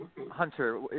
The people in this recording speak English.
Hunter